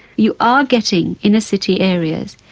you are getting inner-city areas,